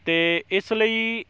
ਅਤੇ ਇਸ ਲਈ